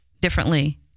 differently